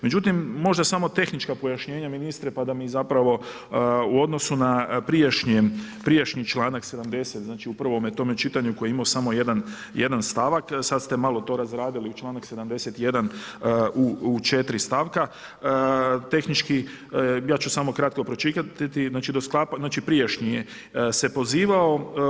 Međutim, može samo tehnička pojašnjenje ministre, pa da mi zapravo u odnosu na prijašnji članak 70. u prvome čitanju koji je imao samo jedan stavak, sada ste malo to razradili čl. 71. u 4 stavka, tehnički, ja ću samo kratko pročitati, znači prijašnji se pozivao.